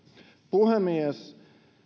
puhemies